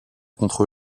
contre